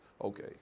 okay